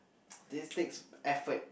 this takes effort